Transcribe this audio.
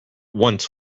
once